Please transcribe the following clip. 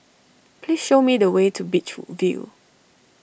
please show me the way to Beach View